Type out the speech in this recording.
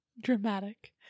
Dramatic